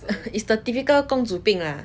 it's the typical 公主病 lah